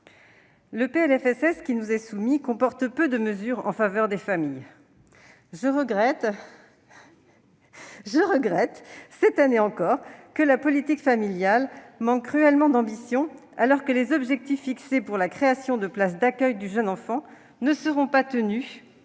Le PLFSS qui nous est soumis comporte peu de mesures en faveur des familles. Je regrette, cette année encore, que la politique familiale manque cruellement d'ambition, alors que les objectifs fixés pour la création de places d'accueil du jeune enfant ne seront pas tenus